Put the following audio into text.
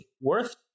worth